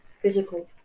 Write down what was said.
physical